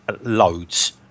loads